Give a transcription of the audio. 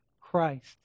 Christ